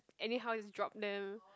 anyhow is drop them